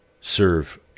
serve